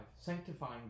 sanctifying